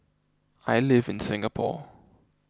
I live in Singapore